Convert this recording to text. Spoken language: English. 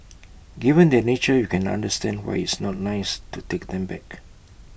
given their nature you can understand why it's not nice to take them back